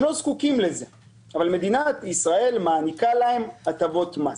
הם לא זקוקים לזה אבל מדינת ישראל מעניקה להם הטבות מס.